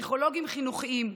פסיכולוגים חינוכיים,